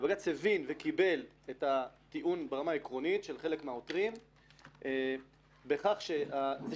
ובג"ץ הבין וקיבל ברמה העקרונית את הטיעון של חלק מהעותרים בכך שזה